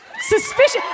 Suspicious